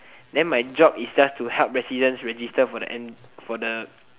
then my job is just to help residents register for the for the